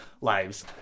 lives